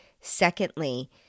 Secondly